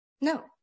No